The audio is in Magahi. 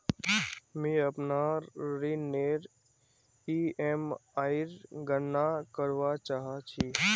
मि अपनार ऋणनेर ईएमआईर गणना करवा चहा छी